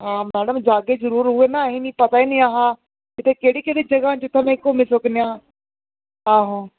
अच्छा हां जागे मैडम जागे जरुर उ'ऐ न असें गी पता गै नी हा जे इत्थै केह्ड़ी केह्ड़ी जगह् ऐ जित्थै मीं घुम्मी सकनीआं